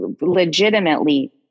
legitimately